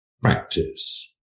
practice